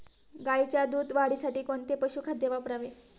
गाईच्या दूध वाढीसाठी कोणते पशुखाद्य वापरावे?